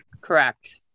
Correct